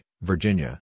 Virginia